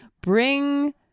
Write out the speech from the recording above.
bring